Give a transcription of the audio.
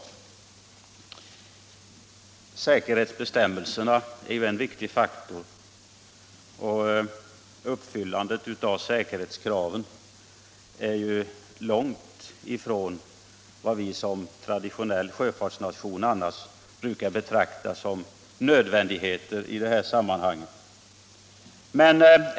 Säkerhetsbestämmelserna är ju en viktig faktor. Men säkerhetskraven på bekvämlighetsregistrerade fartyg är långt ifrån vad vi som traditionell sjöfartsnation annars brukar betrakta som nödvändigheter i detta sammanhang.